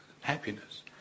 Happiness